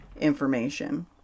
information